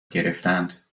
گرفتند